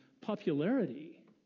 popularity